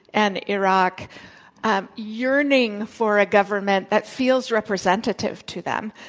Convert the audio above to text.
and iraq yearning for a government that feels representative to them.